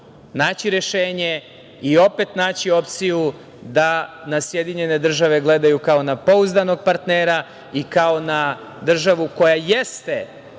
naći rešenje i opet naći opciju da nas SAD gledaju kao na pouzdanog partnera i kao na državu koja jeste